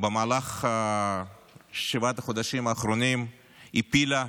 במהלך שבעת החודשים האחרונים הפילה,